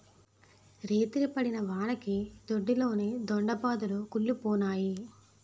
రేతిరి పడిన వానకి దొడ్లోని దొండ పాదులు కుల్లిపోనాయి